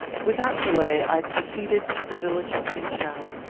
without delay i proceeded to the village of newtown,